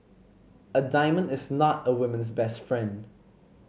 a diamond is not a woman's best friend